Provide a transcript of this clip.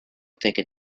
taken